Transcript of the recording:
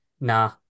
Nah